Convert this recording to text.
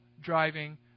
driving